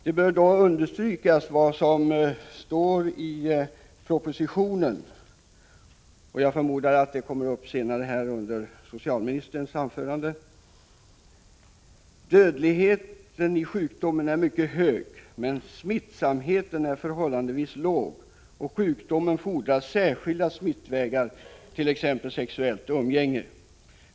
Det bör då understrykas vad som skrivits i propositionen — jag förmodar att socialministern kommer att ta upp detta i sitt anförande: ”Dödligheten i sjukdomen är mycket hög men smittsamheten är förhållandevis låg och sjukdomen fordrar särskilda smittvägar, t.ex. sexuellt umgänge.